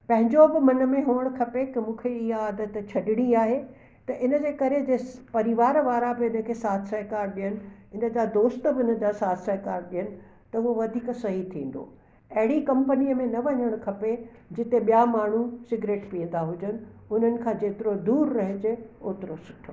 पंहिंजो बि मन में हुजणु खपे की मूंखे इहा आदत छॾणी आहे त इन जे करे जे परिवार वारा बि इन खे साथ सहकार ॾियनि इन जा दोस्त बि इनजा साथ सहकार ॾियनि त उहो वधीक सही थींदो अहिड़ी कंपनीअ में न वञणु खपे जिते ॿिया माण्हू सिगरेट पीअंदा हुजनि हुननि खां जेतिरो दूरि रहिजे ओतिरो सुठो